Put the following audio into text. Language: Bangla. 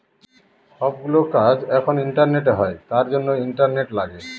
সব গুলো কাজ এখন ইন্টারনেটে হয় তার জন্য ইন্টারনেট লাগে